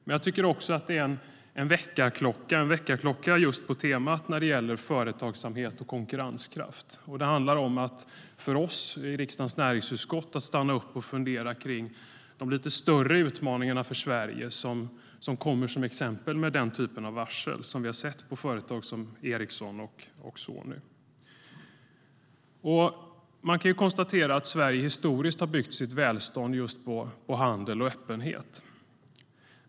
Men jag tycker också att det är en väckarklocka just på temat företagsamhet och konkurrenskraft. Det handlar om att vi i riksdagens näringsutskott måste stanna upp och fundera kring de lite större utmaningarna för Sverige som kommer till exempel med den typ av varsel som vi har sett på företag som Ericsson och Sony.Man kan konstatera att Sverige historiskt har byggt sitt välstånd på handel och öppenhet.